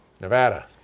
Nevada